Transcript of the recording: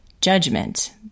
judgment